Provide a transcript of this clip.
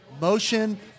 motion